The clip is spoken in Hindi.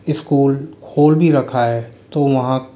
स्कूल खोल भी रखा है तो वहाँ